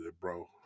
bro